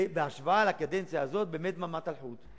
ובהשוואה לקדנציה הזאת, באמת דממת אלחוט.